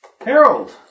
Harold